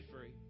free